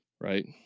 right